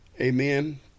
Amen